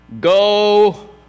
go